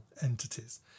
entities